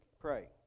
pray